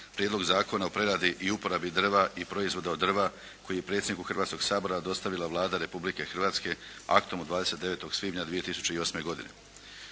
Prijedlog zakona o preradi i uporabi drva i proizvoda od drva koji je predsjedniku Hrvatskoga sabora dostavila Vlada Republike Hrvatske aktom od 29. svibnja 2008. godine.